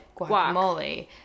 guacamole